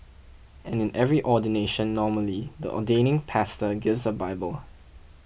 and in every ordination normally the ordaining pastor gives a bible